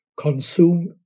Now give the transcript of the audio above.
consume